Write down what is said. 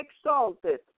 exalted